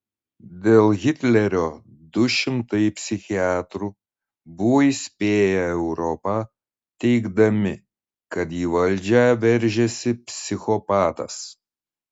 dėl hitlerio du šimtai psichiatrų buvo įspėję europą teigdami kad į valdžią veržiasi psichopatas